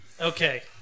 Okay